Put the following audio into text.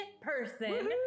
person